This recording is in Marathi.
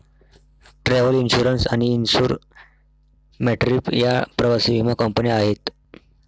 ट्रॅव्हल इन्श्युरन्स आणि इन्सुर मॅट्रीप या प्रवासी विमा कंपन्या आहेत